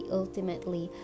ultimately